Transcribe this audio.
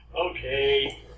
Okay